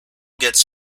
gets